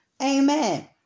amen